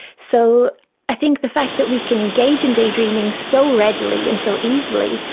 so i think the fact that we can engage in daydreaming so readily and so easily,